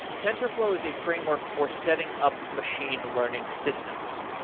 tensorflow is a framework for setting up machine learning systems.